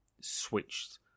switched